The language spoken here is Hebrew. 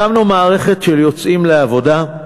הקמנו מערכת של "יוצאים לעבודה",